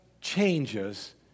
changes